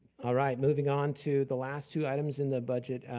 ah right, moving on to the last two items in the budget,